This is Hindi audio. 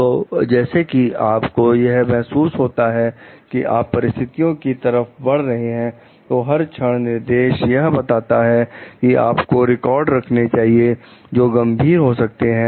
तो जैसे ही आप को यह महसूस होता है कि आप परिस्थितियों की तरफ बढ़ रहे हैं तो हर दिशा निर्देश यह बताता है कि आपको रिकॉर्ड रखने चाहिए जो गंभीर हो सकते हैं